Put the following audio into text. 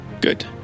Good